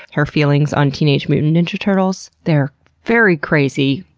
her feelings on teenage mutant ninja turtles, their very crazy,